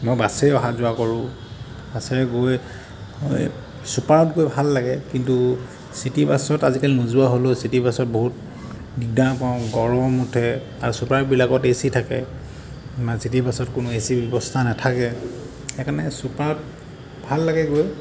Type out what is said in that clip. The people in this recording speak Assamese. মই বাছেৰেই অহা যোৱা কৰোঁ বাছেৰে গৈ এই ছুপাৰত গৈ ভাল লাগে কিন্তু চিটি বাছত আজিকালি নোযোৱা হ'লোঁ চিটি বাছত বহুত দিগদাৰ পাওঁ গৰম উঠে আৰু ছুপাৰবিলাকত এ চি থাকে আমাৰ চিটি বাছত কোনো এচিৰ ব্যৱস্থা নাথাকে সেইকাৰণে ছুপাৰত ভাল লাগে গৈ